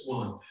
one